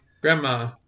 Grandma